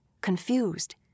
confused